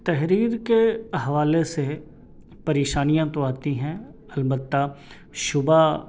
تحریر کے حوالے سے پریشانیاں تو آتی ہیں البتہ شعبہ